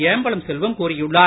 ஏம்பலம் செல்வம் கூறியுள்ளார்